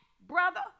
brother